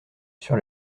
sur